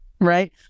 right